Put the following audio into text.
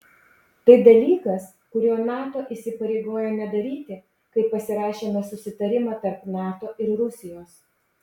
tai dalykas kurio nato įsipareigojo nedaryti kai pasirašėme susitarimą tarp nato ir rusijos